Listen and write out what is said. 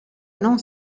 non